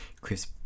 Chris